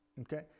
Okay